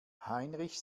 heinrich